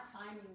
timing